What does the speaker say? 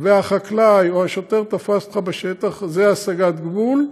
והחקלאי או שוטר תפס אותך בשטח, זה הסגת גבול,